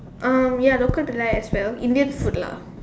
um ya local delight as well Indian food lah